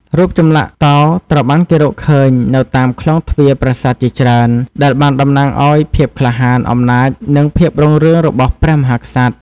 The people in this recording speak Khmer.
រូបចម្លាក់តោត្រូវបានគេរកឃើញនៅតាមខ្លោងទ្វារប្រាសាទជាច្រើន ដែលបានតំណាងឲ្យភាពក្លាហាន អំណាច និងភាពរុងរឿងរបស់ព្រះមហាក្សត្រ។